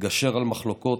לגשר על מחלוקות,